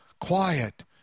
quiet